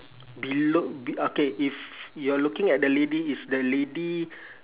below be~ okay if you are looking at the lady it's the lady